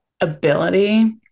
ability